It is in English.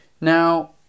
Now